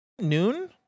noon